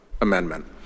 Amendment